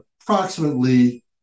approximately